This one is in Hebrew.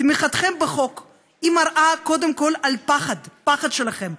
תמיכתכם בחוק מראה קודם כול פחד, הפחד שלכם.